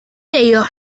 deio